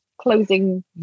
closing